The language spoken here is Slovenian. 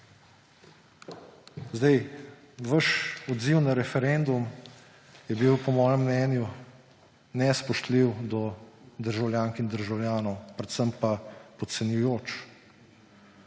Vaš odziv na referendum je bil, po mojem mnenju, nespoštljiv do državljank in državljanov, predvsem pa podcenjujoč.